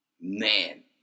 Man